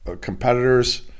competitors